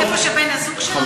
איפה שבן-הזוג שלך?